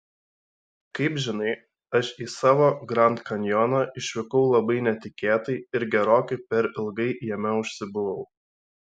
kaip žinai aš į savo grand kanjoną išvykau labai netikėtai ir gerokai per ilgai jame užsibuvau